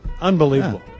Unbelievable